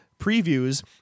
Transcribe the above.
previews